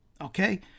okay